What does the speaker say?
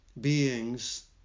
beings